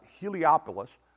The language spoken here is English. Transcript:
Heliopolis